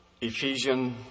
Ephesians